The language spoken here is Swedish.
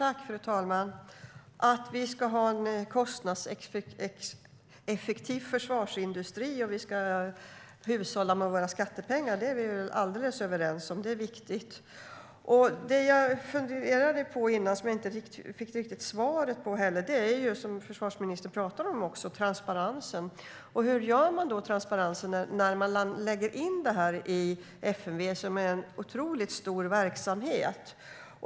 Fru talman! Att vi ska ha en kostnadseffektiv försvarsindustri och att vi ska hushålla med våra skattepengar är vi överens om. Det är viktigt. Det som jag funderade på tidigare och som jag inte riktigt fick svar på handlar om det som försvarsministern också pratar om: transparensen. Hur gör man med transparensen när man lägger in det här i FMV, som är en otroligt stor verksamhet?